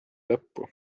lõppu